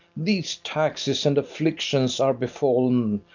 these taxes and afflictions are befall'n,